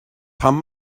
pam